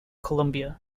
colombia